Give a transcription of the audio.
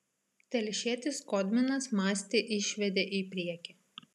telšietis skodminas mastį išvedė į priekį